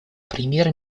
премьер